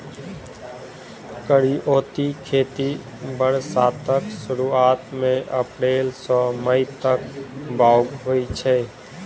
करियौती खेती बरसातक सुरुआत मे अप्रैल सँ मई तक बाउग होइ छै